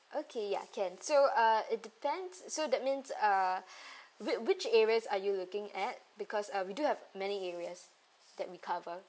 okay ya can so uh it depends so that means uh which which areas are you looking at because uh we do have many areas that we cover